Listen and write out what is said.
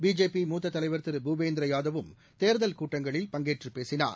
BJP மூத்த தலைவர் திரு பூபேந்திர யாதவும் தேர்தல் கூட்டங்களில் பங்கேற்று பேசினார்